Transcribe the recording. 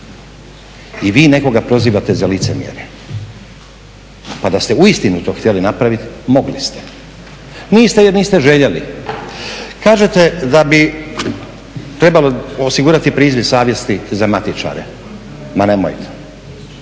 I vi nekoga prozivate za licemjerje? Pa da ste uistinu to htjeli napraviti mogli ste. Niste jer niste željeli. Kažete da bi trebalo osigurati priziv savjesti za matičare. Ma nemojte.